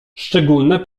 szczególne